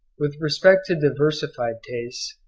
with respect to diversified tastes,